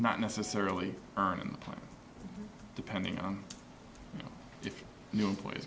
not necessarily plan depending on if new employees